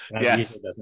Yes